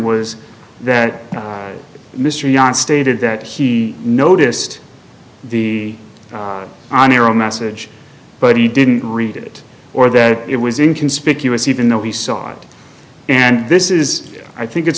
was that mr young stated that he noticed the an arrow message but he didn't read it or that it was in conspicuous even though he saw it and this is i think it's